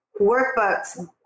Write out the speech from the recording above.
workbooks